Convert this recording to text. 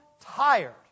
tired